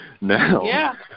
Now